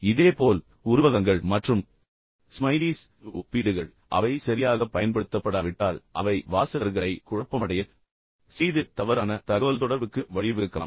இதேபோல் உருவகங்கள் மற்றும் ஸ்மைலீஸ் ஒப்பீடுகள் அவை சரியாக பயன்படுத்தப்படாவிட்டால் அவை வாசகர்களை குழப்பமடையச் செய்து தவறான தகவல்தொடர்புக்கு வழிவகுக்கலாம்